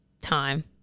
Time